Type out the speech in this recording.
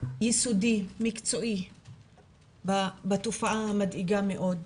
יסודי מקצועי בתופעה המדאיגה מאוד.